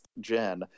gen